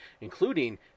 including